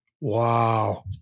Wow